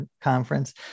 conference